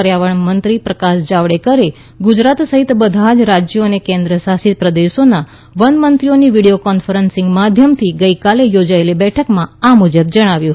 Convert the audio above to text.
પર્યાવરણ મંત્રી પ્રકાશ જાવડેકરે ગુજરાત સહિત બધા જ રાજ્યો અને કેન્દ્ર શાસિત પ્રદેશોના વનમંત્રીઓની વીડિયો કોન્ફરન્સિંગ માધ્યમથી ગઈકાલે યોજાયેલી બેઠકમાં આ મુજબ જણાવ્યું હતું